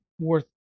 worth